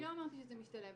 לא, אני לא אמרתי שזה משתלב.